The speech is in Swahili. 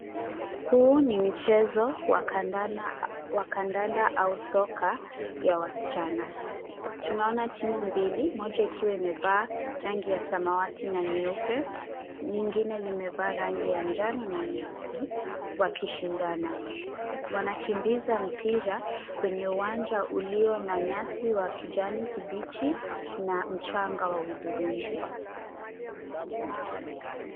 Huu ni mchezo wa kandanda au soka ya wasichana. Tunaona timu mbili, moja ikiwa imevaa yangi ya samawati na nyeupe, nyingine limevaa rangi ya njano na nyeusi, wakishindana. Wanakimbiza mpira, kwenye uwanja ulio na nyasi wa kijani kibichi, na mchanga wa hudhurungi.